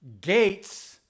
Gates